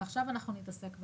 ועכשיו אנחנו נתעסק במענה.